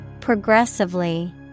Progressively